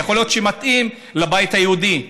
יכול להיות שמתאים לבית היהודי,